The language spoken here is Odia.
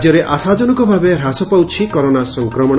ରାଜ୍ୟରେ ଆଶାଜନକଭାବେ ହ୍ରାସପାଉଛି କରୋନା ସଂକ୍ରମଣ